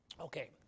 Okay